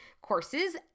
courses